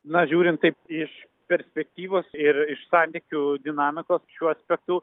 na žiūrint taip iš perspektyvos ir iš santykių dinamikos šiuo aspektu